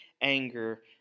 anger